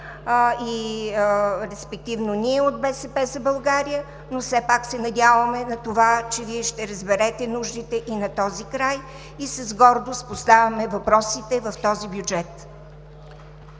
и респективно ние от „БСП за България“, но все пак се надяваме на това, че Вие ще разберете нуждите и на този край и с гордост поставяме въпросите в този бюджет.